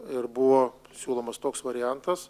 ir buvo siūlomas toks variantas